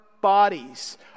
bodies